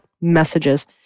messages